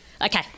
Okay